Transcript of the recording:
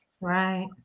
Right